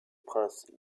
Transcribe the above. prince